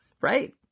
Right